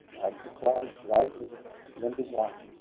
and to clive's right is linda winer.